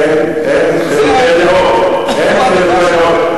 אין חילוקי דעות על זה.